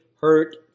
hurt